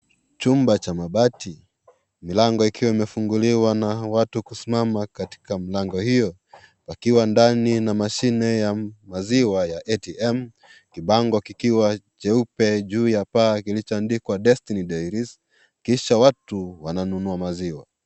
Chumba cha mabati, milango ikiwa imefunguliwa na watu kusimama katika mlango hiyo, wakiwa ndani na mashine ya maziwa ya ATM. Kibango kikiwa jeupe juu ya paa kilichoandikwa Destiny Diaries, kisha watu wananunua maziwa.